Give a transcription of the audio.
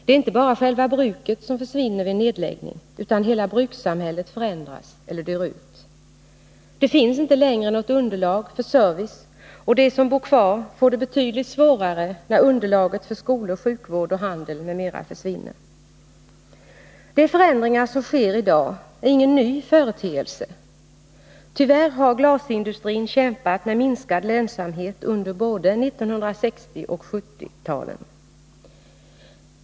Det är inte bara själva bruket som försvinner vid en nedläggning, utan hela brukssamhället förändras eller dör ut. Det finns inte längre något underlag för service, och de som bor kvar får det betydligt svårare när underlaget för skolor, sjukvård, handel m.m. försvinner. De förändringar som sker i dag är ingen ny företeelse. Tyvärr har glasindustrin kämpat med minskad lönsamhet under både 1960 och 1970-talen.